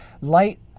Light